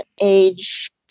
age